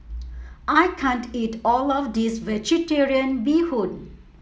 I can't eat all of this vegetarian Bee Hoon